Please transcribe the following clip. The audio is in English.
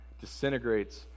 Disintegrates